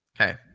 Okay